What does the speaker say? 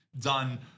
done